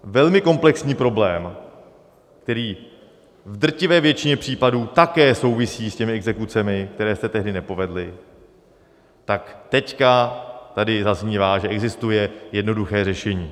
Velmi komplexní problém, který v drtivé většině případů také souvisí s exekucemi, které se tehdy nepovedly, tak teď tady zaznívá, že existuje jednoduché řešení.